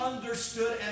understood